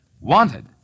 wanted